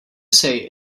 say